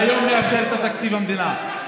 והיום נאשר את תקציב המדינה,